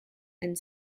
and